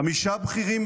חמישה בכירים,